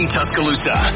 Tuscaloosa